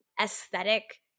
aesthetic